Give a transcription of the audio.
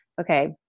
Okay